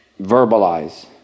verbalize